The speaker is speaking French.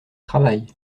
travaille